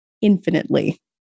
Infinitely